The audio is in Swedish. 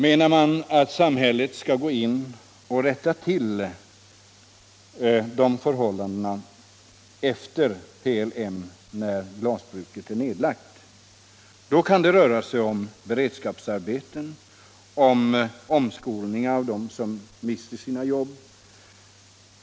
Menar industriministern att samhället skall gå in och rätta till de förhållanden som uppstått efter det att PLM lagt ned glasbruket? Då kan det röra sig om beredskapsarbeten och om omskolning av dem som mister sina jobb.